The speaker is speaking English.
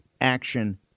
action